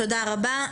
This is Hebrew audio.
תודה רבה.